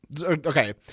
Okay